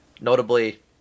Notably